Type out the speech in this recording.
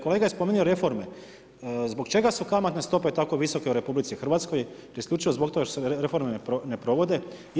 Kolega je spomenuo reforme, zbog čega su kamatne stope tako visoke u RH, 'jel isključivo zbog toga jer se reforme ne provode?